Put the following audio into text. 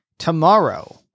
Tomorrow